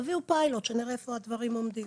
תביאו פיילוט שנראה איפה הדברים עומדים.